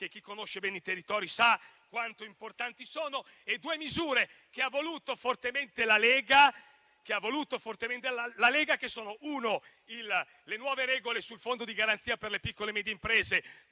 chi conosce bene i territori sa quanto siano importanti. E cito poi due misure che ha voluto fortemente la Lega, che sono le nuove regole sul Fondo di garanzia per le piccole e medie imprese,